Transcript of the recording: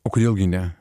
o kodėl gi ne